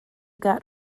got